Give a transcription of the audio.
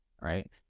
Right